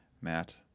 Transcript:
Matt